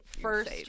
first